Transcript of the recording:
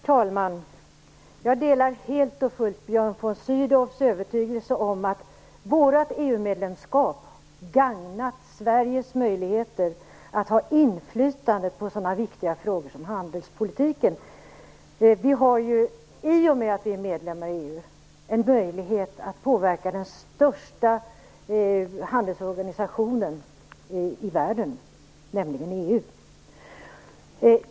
Herr talman! Jag delar helt och fullt Björn von Sydows övertygelse om att vårt EU-medlemskap har gagnat Sveriges möjligheter att ha inflytande på sådana viktiga frågor som handelspolitiken. Vi har ju i och med att vi är medlemmar i EU en möjlighet att påverka den största handelsorganisationen i världen, nämligen EU.